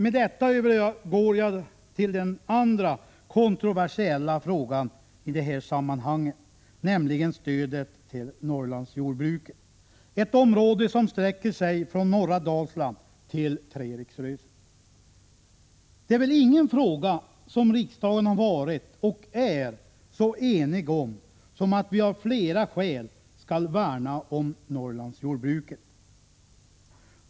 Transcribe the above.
Med detta övergår jag till den andra kontroversiella frågan i det här sammanhanget, nämligen stödet till Norrlandsjordbruket — jordbruk i ett område som sträcker sig från norra Dalsland till Treriksröset. Det är väl ingen fråga som riksdagen har varit och är så enig om som att vi av flera skäl skall värna om Norrlandsjordbruket.